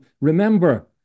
remember